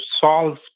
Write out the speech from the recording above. solve